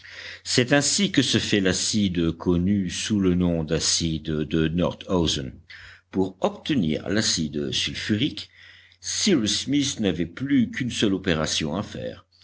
c'est ainsi que se fait l'acide connu sous le nom d'acide de nordhausen pour obtenir l'acide sulfurique cyrus smith n'avait plus qu'une seule opération à faire